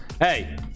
Hey